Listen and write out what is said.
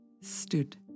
stood